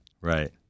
Right